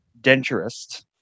denturist